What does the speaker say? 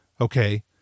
Okay